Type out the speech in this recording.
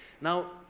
Now